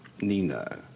Nina